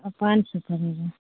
اور پانچ سو پڑے گا